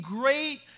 great